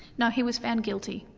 no, he was found guilty.